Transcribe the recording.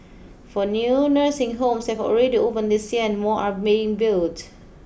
four new nursing homes have already opened this year and more are being built